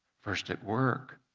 first at work,